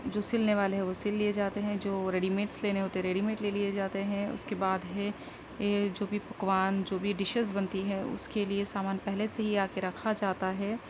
جو سلنے والے ہیں وہ سل لیے جاتے ہیں جو ریڈیمیڈس لینے ہوتے ہیں ریڈیمیڈ لے لیے جاتے ہیں اس کے بعد ہے جو بھی پکوان جو بھی ڈشیز بنتی ہے اس کے لیے سامان پہلے سے ہی آکے رکھا جاتا ہے